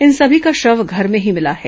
इन सभी का शव घर में ही मिला है